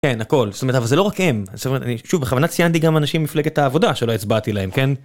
כן, הכל, זאת אומרת, אבל זה לא רק הם, זאת אומרת, אני שוב, בכוונת ציינתי גם אנשים מפלגת העבודה שלא הצבעתי להם, כן?